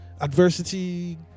Adversity